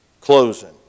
Closing